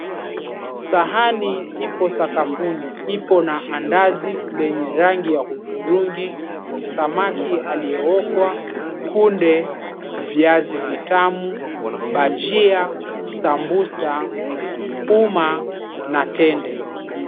Sahani ipo sakafuni, ipo na andazi lenye rangi ya hudhurungi, samaki aliyookwa, kunde, viazi vitamu, bajia, sambusa, uma na tende.